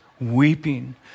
weeping